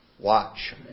Watch